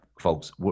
folks